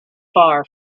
far